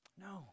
No